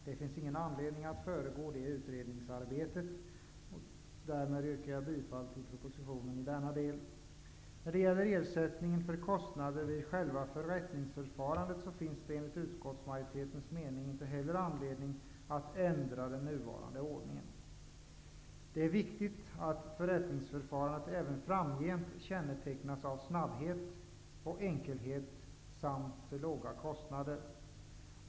Det finns ingen anledning att föregå det utredningsarbetet. Därmed yrkar jag bifall till propositionens förslag i denna del. När det gäller ersättning för kostnader vid själva förrättningsförfarandet finns det enligt utskottsmajoritetens mening inte anledning att ändra den nuvarande ordningen. Det är viktigt att förrättningsförfarandet även framgent kännetecknas av snabbhet och enkelhet samt av låga kostnader.